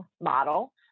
model